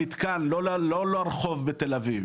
העובדת הסוציאלית תגיע למתקן ולא לרחוב בתל אביב.